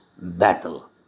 battle